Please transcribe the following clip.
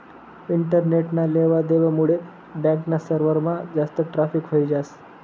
इंटरनेटना लेवा देवा मुडे बॅक ना सर्वरमा जास्त ट्रॅफिक व्हयी जास